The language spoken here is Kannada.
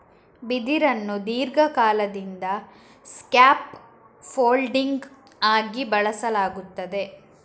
ಬಿದಿರನ್ನು ದೀರ್ಘಕಾಲದಿಂದ ಸ್ಕ್ಯಾಪ್ ಫೋಲ್ಡಿಂಗ್ ಆಗಿ ಬಳಸಲಾಗುತ್ತದೆ